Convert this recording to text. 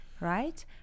Right